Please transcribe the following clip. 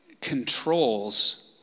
controls